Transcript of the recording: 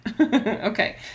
Okay